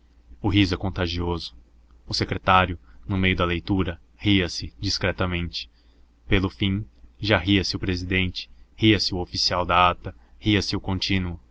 o riso é contagioso o secretário no meio da leitura ria-se discretamente pelo fim já ria-se o presidente ria-se o oficial da ata ria-se o contínuo